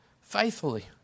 Faithfully